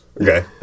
Okay